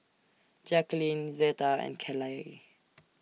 Jacqulyn Zeta and Kaley